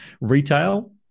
Retail